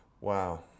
Wow